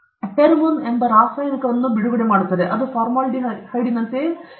ಇದು ಫೆರೋಮೋನ್ ಎಂದು ಕರೆಯಲ್ಪಡುವ ಫಾರ್ಮಾಲ್ಡಿಹೈಡ್ನಂತೆಯೇ ರಾಸಾಯನಿಕವನ್ನು ಬಿಡುತ್ತದೆ